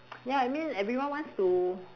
ya I mean everyone wants to